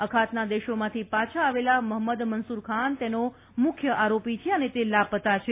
અખાતના દેશોમાંથી પાછા આવેલા મહંમદ મંસૂરખાન તેનો મુખ્ય આરોપી છે અને તે લાપત્તા છે